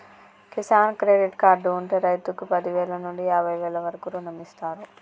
Kisan credit card ఉంటె రైతుకు పదివేల నుండి యాభై వేల వరకు రుణమిస్తారు